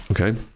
Okay